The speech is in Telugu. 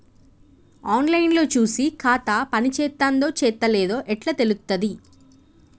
ఆన్ లైన్ లో చూసి ఖాతా పనిచేత్తందో చేత్తలేదో ఎట్లా తెలుత్తది?